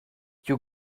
you